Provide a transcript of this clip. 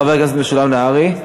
חבר הכנסת משולם נהרי.